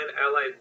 Allied